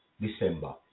December